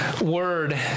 word